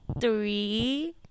three